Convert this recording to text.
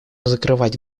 закрывать